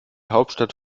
hauptstadt